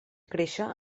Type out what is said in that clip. créixer